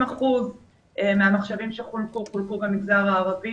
אחוזים מהמחשבים שחולקו חולקו במגזר הערבי,